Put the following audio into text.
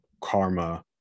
karma